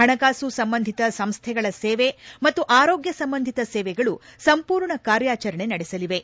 ಹಣಕಾಸು ಸಂಬಂಧಿತ ಸಂಸ್ಲೆಗಳ ಸೇವೆ ಮತ್ತು ಆರೋಗ್ಗ ಸಂಬಂಧಿತ ಸೇವೆಗಳು ಸಂಪೂರ್ಣ ಕಾರ್ಯಾಚರಣೆ ನಡೆಸಲಿವೆ